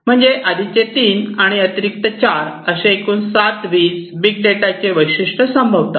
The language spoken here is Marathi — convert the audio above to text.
म्हणजे आधीचे 3 आणि अतिरिक्त 4 असे एकूण 7 व्ही V's बिग डेटा चे वैशिष्ट्य दर्शवतात